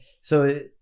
so-